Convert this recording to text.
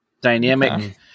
Dynamic